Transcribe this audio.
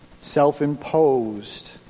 Self-imposed